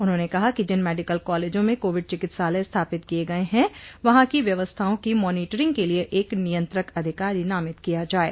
उन्होंने कहा कि जिन मेडिकल कॉलेजों में कोविड चिकित्सालय स्थापित किये गये हैं वहां की व्यवस्थाओं की मॉनीटरिंग के लिये एक नियंत्रक अधिकारी नामित किया जाये